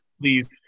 please